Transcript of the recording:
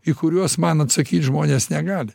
į kuriuos man atsakyt žmonės negali